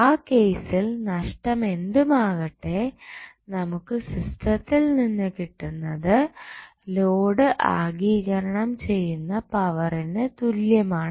ആ കേസിൽ നഷ്ടം ഏതുമാകട്ടെ നമുക്ക് സിസ്റ്റത്തിൽ നിന്ന് കിട്ടുന്നത് ലോഡ് ആഗികരണം ചെയ്യുന്ന പവറിനു തുല്യമാണ്